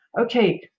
okay